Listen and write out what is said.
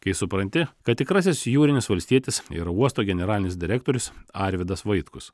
kai supranti kad tikrasis jūrinis valstietis yra uosto generalinis direktorius arvydas vaitkus